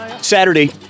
Saturday